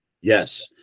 yes